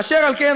אשר על כן,